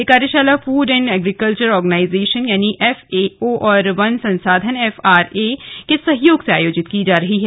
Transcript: यह कार्यशाला food and agriculture organisation यानि एफएओ और वन संसाधन एफआरए के सहयोग से आयोजित की जा रही है